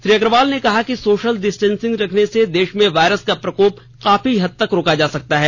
श्री अग्रवाल ने कहा कि सोशल डिस्टेंसिंग रखने से र्देश में वायरस का प्रकोप काफी हद तक रोका जा सकता है